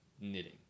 knitting